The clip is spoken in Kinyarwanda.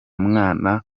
mwana